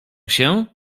się